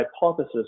hypothesis